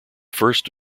first